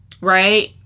right